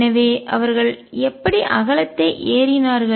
எனவே அவர்கள் எப்படி அகலத்தை ஏறினார்கள்